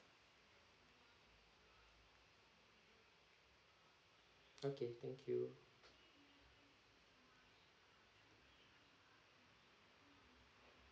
okay thank you